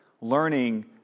learning